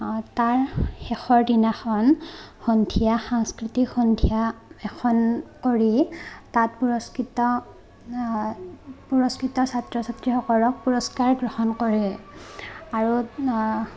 তাৰ শেষৰ দিনাখন সন্ধিয়া সাংস্কৃতিক সন্ধিয়া এখন কৰি তাত পুৰস্কৃত পুৰস্কৃত ছাত্ৰ ছাত্ৰীসকলক পুৰস্কাৰ গ্ৰহণ কৰে আৰু